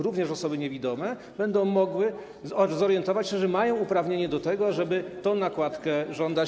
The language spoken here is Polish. Również osoby niewidome będą mogły zorientować się, że mają uprawnienie do tego, żeby tej nakładki żądać.